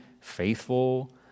faithful